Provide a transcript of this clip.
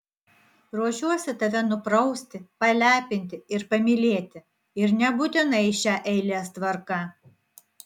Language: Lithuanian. ruošiuosi tave nuprausti palepinti ir pamylėti ir nebūtinai šia eilės tvarka